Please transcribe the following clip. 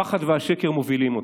הפחד והשקר מובילים אתכם.